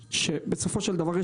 בסופו של דבר,